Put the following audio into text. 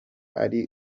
ari